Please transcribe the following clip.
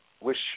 wish